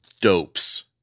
dopes